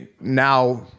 now